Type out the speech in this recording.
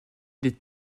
des